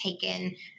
taken